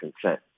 consent